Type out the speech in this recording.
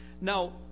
Now